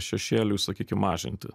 šešėliui sakykim mažinti